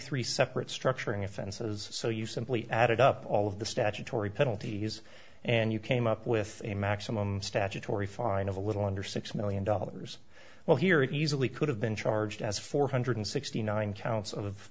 dollars separate structuring offenses so you simply added up all of the statutory penalties and you came up with a maximum statutory fine of a little under six million dollars well here it easily could have been charged as four hundred and sixty nine